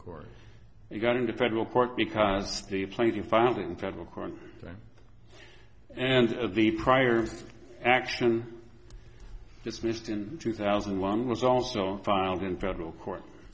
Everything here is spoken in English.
court and got into federal court because the playing finding federal court and the prior action dismissed in two thousand and one was also filed in federal court